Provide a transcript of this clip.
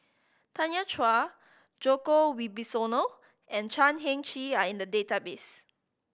Tanya Chua Djoko Wibisono and Chan Heng Chee are in the database